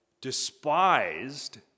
despised